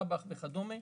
אב"ח וכדומה,